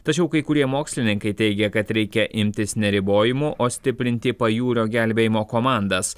tačiau kai kurie mokslininkai teigia kad reikia imtis ne ribojimų o stiprinti pajūrio gelbėjimo komandas